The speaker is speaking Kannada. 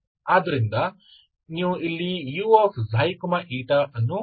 ಆದ್ದರಿಂದ ನೀವು ಇಲ್ಲಿ uξη ಅನ್ನು ಹೊಂದಿದ್ದೀರಿ